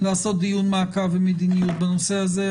לעשות דיון מעקב ומדיניות בנושא הזה,